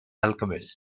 alchemist